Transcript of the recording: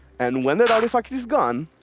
and when that artifact is gone,